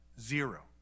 Zero